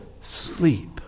sleep